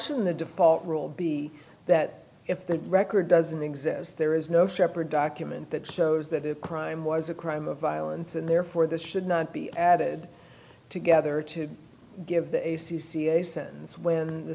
shouldn't the default rule be that if the record doesn't exist there is no shepherd document that shows that crime was a crime of violence and therefore this should not be added together to give the a c c a sentence when the